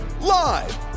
live